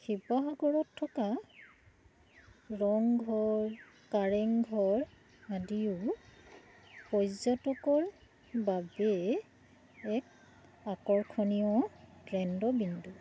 শিৱসাগৰত থকা ৰংঘৰ কাৰেংঘৰ আদিও পৰ্যটকৰ বাবে এক আকৰ্ষণীয় কেন্দ্ৰ বিন্দু